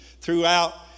throughout